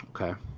Okay